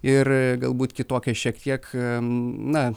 ir galbūt kitokią šiek tiek na